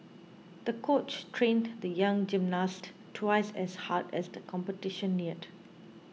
the coach trained the young gymnast twice as hard as the competition neared